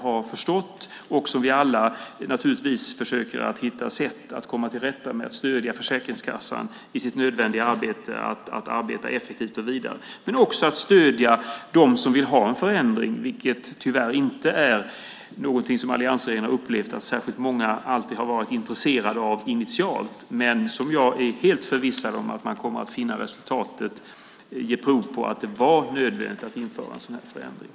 Vi försöker alla, naturligtvis, att hitta sätt att komma till rätta med att stödja Försäkringskassans arbete att bli effektivare. Det handlar också om att stödja dem som vill ha en förändring, vilket tyvärr inte är något som alliansregeringen har upplevt att särskilt många har varit intresserade av initialt. Jag är helt förvissad om att resultatet ger prov på att det var nödvändigt att införa en sådan förändring.